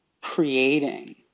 creating